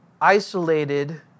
isolated